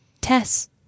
Tess